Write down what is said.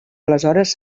aleshores